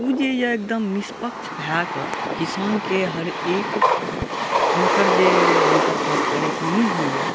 ओ जे एकदम निष्पक्ष भऽ कऽ किसानके हरएक हुनकर जे हुनका साथ परेशानी होइया